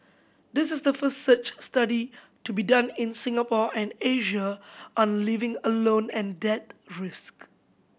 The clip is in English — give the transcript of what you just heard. this is the first such study to be done in Singapore and Asia on living alone and death risk